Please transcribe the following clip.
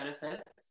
Benefits